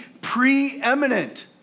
preeminent